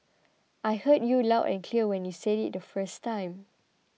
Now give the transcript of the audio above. I heard you loud and clear when you said it the first time